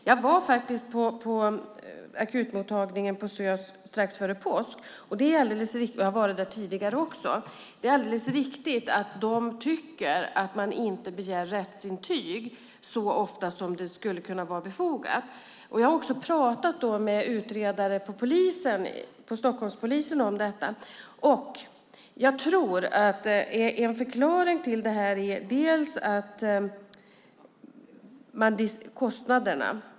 Jag var på akutmottagningen på SÖS strax före påsk, och jag har varit där tidigare. Det är alldeles riktigt att de tycker att man inte begär rättsintyg så ofta som det skulle kunna vara befogat. Jag har pratat med utredare hos Stockholmspolisen om detta. Jag tror att en förklaring till det delvis är kostnaderna.